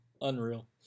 Unreal